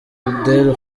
abdel